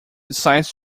decides